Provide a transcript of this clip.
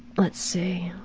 let's see.